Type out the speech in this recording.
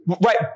Right